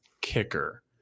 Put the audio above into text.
kicker